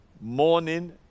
morning